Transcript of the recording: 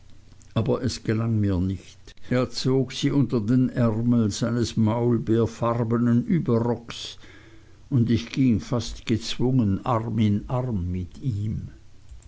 aber es gelang mir nicht er zog sie unter den ärmel seines maulbeerfarbenen überrockes und ich ging fast gezwungen arm in arm mit ihm